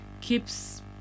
keeps